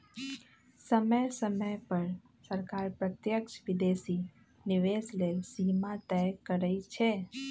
समय समय पर सरकार प्रत्यक्ष विदेशी निवेश लेल सीमा तय करइ छै